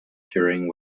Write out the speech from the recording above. during